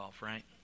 right